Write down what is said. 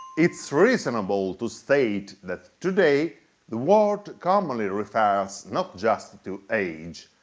it's reasonable to state that today the word commonly refers not just to age,